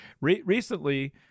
recently